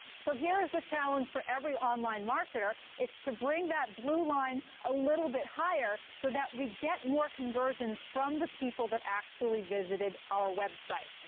so here is the challenge for every online marketer. it's to bring that blue line a little bit higher so that we get more conversions from the people that actually visited our website.